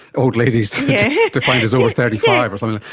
old ladies defined as over thirty five or something!